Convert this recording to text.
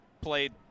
played